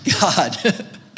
God